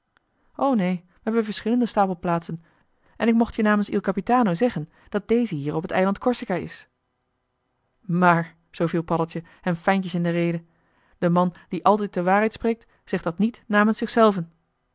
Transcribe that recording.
neen we hebben verschillende stapelplaatsen en ik mocht je namens il capitano zeggen dat deze hier op t eiland corsica is maar zoo viel paddeltje hem fijntjes in de rede de man die altijd de waarheid spreekt zegt dat niet namens zichzelven